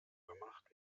gemacht